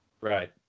right